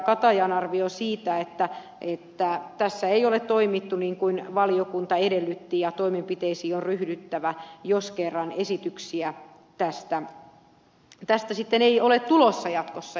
katajan arvioon siitä että tässä ei ole toimittu niin kuin valiokunta edellytti ja toimenpiteisiin on ryhdyttävä jos kerran esityksiä tästä sitten ei ole tulossa jatkossa